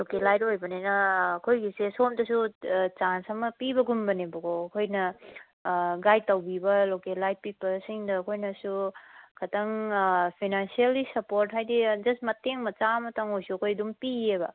localite ꯑꯣꯏꯕꯅꯤꯅ ꯑꯩꯈꯣꯏꯒꯤꯁꯦ ꯁꯣꯝꯗꯁꯨ ꯆꯥꯟꯁ ꯑꯃ ꯄꯤꯕꯒꯨꯝꯕꯅꯦꯕꯀꯣ ꯑꯩꯈꯣꯏꯅ ꯒꯥꯏꯗ ꯇꯧꯕꯤꯕ ꯂꯣꯀꯦꯜꯂꯥꯏꯠ ꯄꯤꯄꯜꯁꯤꯡꯗ ꯑꯩꯈꯣꯏꯅꯁꯨ ꯈꯇꯪ ꯐꯥꯏꯅꯥꯟꯁ꯭ꯌꯦꯜꯂꯤ ꯁꯞꯄꯣꯔꯠ ꯍꯥꯏꯗꯤ ꯖꯁ ꯃꯇꯦꯡ ꯃꯆꯥ ꯑꯃꯇꯪ ꯑꯣꯏꯁꯨ ꯑꯩꯈꯣꯏ ꯑꯗꯨꯝ ꯄꯤꯑꯕ